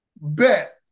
Bet